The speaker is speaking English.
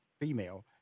female